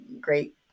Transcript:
great